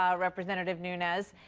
um representative nunes.